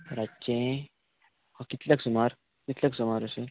रातचें कितल्याक सुमार कितल्याक सुमार अशें